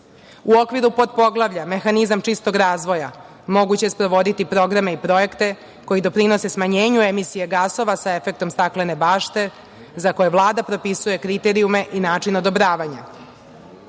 U okviru potpoglavlja mehanizam čistog razvoja moguće je sprovoditi programe i projekte koji doprinose smanjenju emisije gasova sa efektom staklene bašte za koje Vlada propisuje kriterijume i način odobravanja. Potpoglavlje